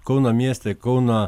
kauno mieste kauno